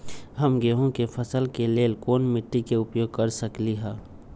हम गेंहू के फसल के लेल कोन मिट्टी के उपयोग कर सकली ह?